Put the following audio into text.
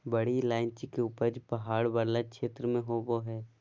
बड़ी इलायची के उपज पहाड़ वाला क्षेत्र में होबा हइ